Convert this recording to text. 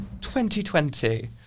2020